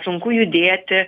sunku judėti